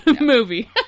movie